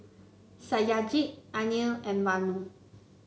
Satyajit Anil and Vanu